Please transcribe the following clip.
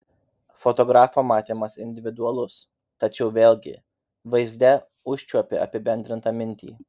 fotografo matymas individualus tačiau vėlgi vaizde užčiuopi apibendrintą mintį